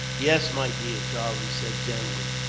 yes, my dear, charlie said gently.